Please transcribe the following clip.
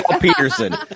Peterson